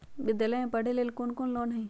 विद्यालय में पढ़े लेल कौनो लोन हई?